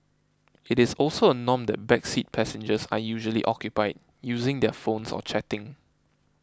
it is also a norm that back seat passengers are usually occupied using their phones or chatting